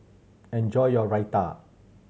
enjoy your Raita